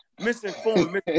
misinformed